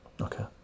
Okay